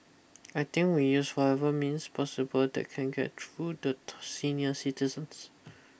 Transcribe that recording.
I think we use whatever means possible that can get through the to senior citizens